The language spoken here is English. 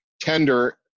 tender